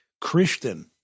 Christian